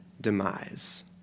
demise